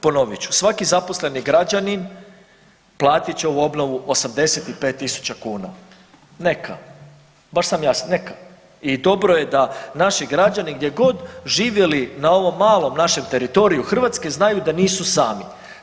Ponovit ću, svaki zaposleni građanin platit će ovu obnovu 85.000 kuna, neka, baš sam … neka i dobro je da naši građani gdje god živjeli na ovom malom našem teritoriju Hrvatske znaju da nismo sami.